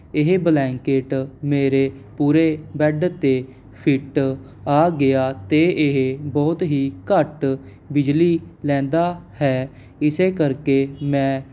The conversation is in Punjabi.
ਇਹ ਬਲੈਂਕਿਟ ਮੇਰੇ ਪੂਰੇ ਬੈੱਡ 'ਤੇ ਫਿਟ ਆ ਗਿਆ ਅਤੇ ਇਹ ਬਹੁਤ ਹੀ ਘੱਟ ਬਿਜਲੀ ਲੈਂਦਾ ਹੈ ਇਸ ਕਰਕੇ ਮੈਂ